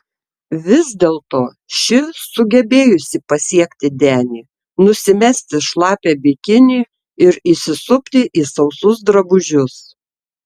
vis dėlto ši sugebėjusi pasiekti denį nusimesti šlapią bikinį ir įsisupti į sausus drabužius